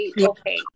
Okay